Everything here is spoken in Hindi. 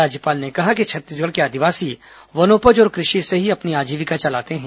राज्यपाल ने कहा कि छत्तीसगढ़ के आदिवासी वनोपज और कृषि से ही अपनी आजीविका चलाते हैं